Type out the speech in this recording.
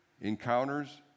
encounters